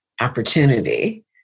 opportunity